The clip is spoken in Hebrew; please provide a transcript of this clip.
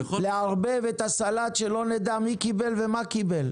לערבב את הסלט, שלא נדע מי קיבל ומה קיבל.